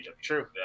True